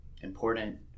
important